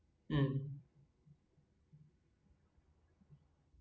um